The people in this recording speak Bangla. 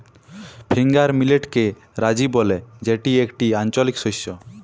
ফিঙ্গার মিলেটকে রাজি ব্যলে যেটি একটি আঞ্চলিক শস্য